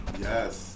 Yes